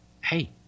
hey